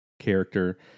character